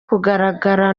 kugaragara